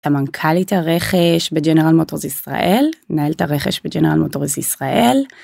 המנכ"לית הרכש בג'נרל מוטורס ישראל מנהלת הרכש בג'נרל מוטורס ישראל.